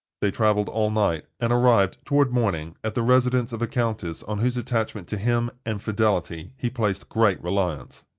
they traveled all night, and arrived, toward morning, at the residence of a countess on whose attachment to him, and fidelity, he placed great reliance.